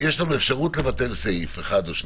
יש לנו אפשרות לבטל סעיף אחד או שניים.